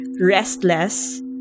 restless